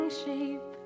sheep